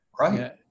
Right